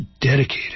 dedicated